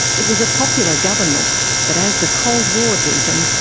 it was a popular government but as the cold war deepened,